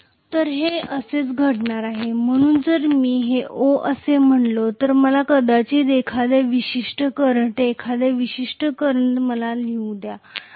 तर हे असेच घडणार आहे म्हणून जर मी हे O असे म्हणालो तर मला कदाचित एखाद्या विशिष्ट करंट एखाद्या विशिष्ट करंट मला लिहू द्या i